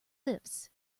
lifts